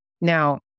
Now